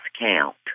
count